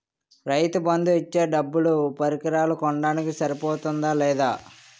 రైతు బందు ఇచ్చే డబ్బులు పరికరాలు కొనడానికి సరిపోతుందా లేదా?